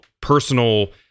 personal